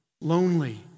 lonely